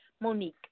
Monique